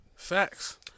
Facts